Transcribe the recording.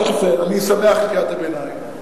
אני שמח על קריאת הביניים.